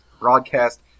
broadcast